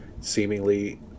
seemingly